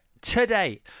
today